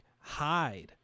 hide